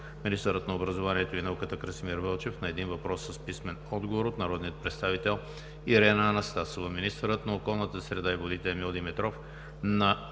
министърът на образованието и науката Красимир Вълчев –на един въпрос с писмен отговор от народния представител Ирена Анастасова; - министърът на околната среда и водите Емил Димитров –